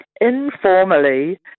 informally